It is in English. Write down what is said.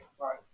right